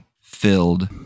filled